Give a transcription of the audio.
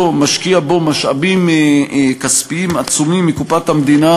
משקיע בו משאבים כספיים עצומים מקופת המדינה,